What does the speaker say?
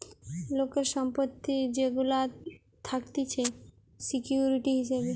লোকের সম্পত্তি যেগুলা থাকতিছে সিকিউরিটি হিসাবে